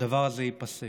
הדבר הזה ייפסק.